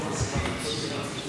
בבקשה.